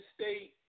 State